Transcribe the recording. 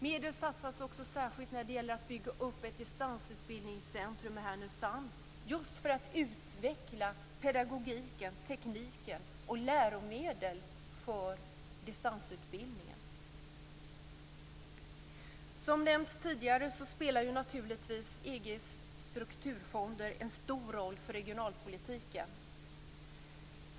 Medel satsas också särskilt för att bygga upp ett distansutbildningscentrum i Härnösand, just för att utveckla pedagogiken, tekniken och läromedel för distansutbildning. Som nämnts tidigare spelar naturligtvis EG:s strukturfonder en stor roll för regionalpolitiken.